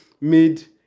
made